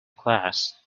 class